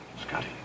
Scotty